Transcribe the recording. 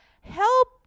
help